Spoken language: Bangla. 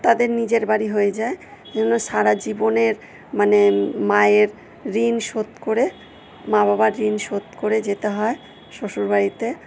তাদের নিজের বাড়ি হয়ে যায় এজন্য সারাজীবনের মানে মায়ের ঋণ শোধ করে মা বাবার ঋণ শোধ করে যেতে হয় শ্বশুর বাড়িতে